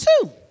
two